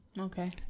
Okay